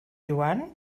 joan